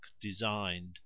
designed